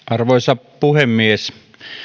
arvoisa puhemies